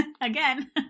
again